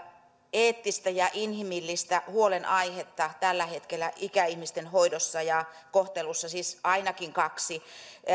eettistä ja inhimillistä huolenaihetta tällä hetkellä ikäihmisten hoidossa ja kohtelussa siis ainakin kaksi